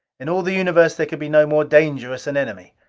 in all the universe there could be no more dangerous an enemy.